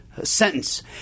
Sentence